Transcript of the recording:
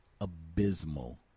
abysmal